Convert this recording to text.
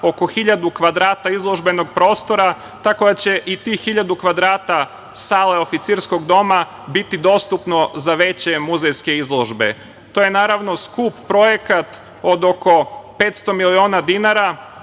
oko 1.000 kvadrata izložbenog prostora. Tako da će i tih 1.000 kvadrata sale oficirskog doma biti dostupno za veće muzejske izložbe. To je naravno skup projekat od oko 500 miliona dinara,